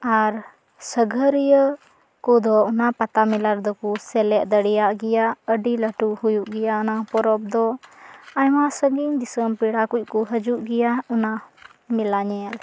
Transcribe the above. ᱟᱨ ᱥᱟᱸᱜᱷᱟᱹᱨᱤᱭᱟᱹ ᱠᱚᱫᱚ ᱚᱱᱟ ᱯᱟᱛᱟ ᱢᱮᱞᱟ ᱨᱮᱫᱚ ᱠᱚ ᱥᱮᱞᱮᱫ ᱫᱟᱲᱮᱭᱟᱜ ᱜᱮᱭᱟ ᱟᱹᱰᱤ ᱞᱟᱹᱴᱩ ᱦᱩᱭᱩᱜ ᱜᱮᱭᱟ ᱚᱱᱟ ᱯᱚᱨᱚᱵᱽ ᱫᱚ ᱟᱭᱢᱟ ᱥᱟᱺᱜᱤᱧ ᱫᱤᱥᱚᱢ ᱯᱮᱲᱟ ᱠᱩᱡ ᱠᱚ ᱦᱟᱹᱡᱩᱜ ᱜᱮᱭᱟ ᱚᱱᱟ ᱢᱮᱞᱟ ᱧᱮᱞ